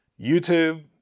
YouTube